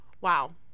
Wow